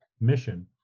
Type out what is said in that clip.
mission